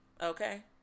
Okay